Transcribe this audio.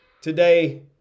today